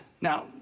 Now